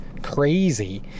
Crazy